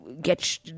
get